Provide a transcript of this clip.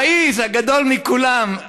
ראיס, הגדול מכולם.